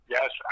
Yes